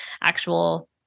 actual